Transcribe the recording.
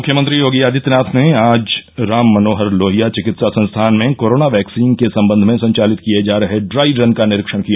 मुख्यमंत्री योगी आदित्यनाथ ने आज राम मनोहर लोहिया चिकित्सा संस्थान में कोरोना वैक्सीन के सम्बन्ध में संचालित किए जा रहे ड्राई रन का निरीक्षण किया